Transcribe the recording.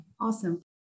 awesome